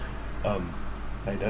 um like the